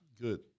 Good